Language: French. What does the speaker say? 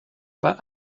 pas